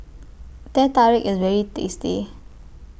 Teh Tarik IS very tasty